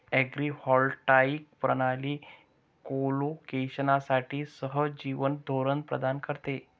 agrivoltaic प्रणाली कोलोकेशनसाठी सहजीवन धोरण प्रदान करते